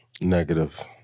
Negative